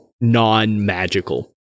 non-magical